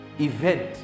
event